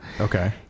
okay